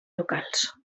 locals